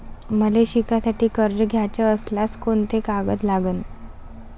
मले शिकासाठी कर्ज घ्याचं असल्यास कोंते कागद लागन?